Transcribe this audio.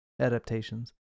adaptations